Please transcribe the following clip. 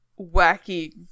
wacky